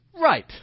Right